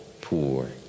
poor